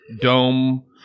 dome